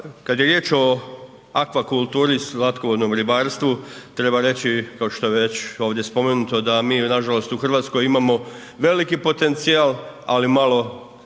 Kad je riječ o akvakulturi, slatkovodnom ribarstvu, treba reći kao što se već ovdje spomenuto, da mi nažalost u Hrvatskoj imamo veliki potencijal, ali malo